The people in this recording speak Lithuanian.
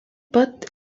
pat